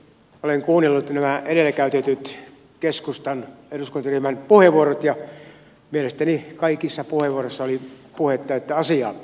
olen kuunnellut nämä edellä käytetyt keskustan eduskuntaryhmän puheenvuorot ja mielestäni kaikissa puheenvuoroissa oli puhe täyttä asiaa